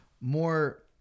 more